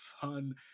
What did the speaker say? fun